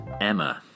Emma